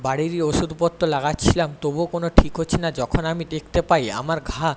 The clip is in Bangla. বাড়িরই ওষুধপত্র লাগাচ্ছিলাম তবুও কোনো ঠিক হচ্ছে না যখন আমি দেখতে পাই আমার ঘা